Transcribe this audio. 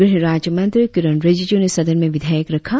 गृह राज्यमंत्री किरेन रिजिज्ञ ने सदन में विधेयक रखा